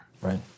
Right